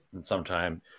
sometime